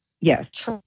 Yes